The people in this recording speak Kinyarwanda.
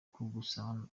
gusabana